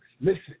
Listen